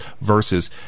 Versus